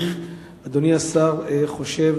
האם אדוני השר חושב,